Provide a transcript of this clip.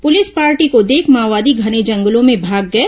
police party को देख माओवादी घने जंगलों में भाग गए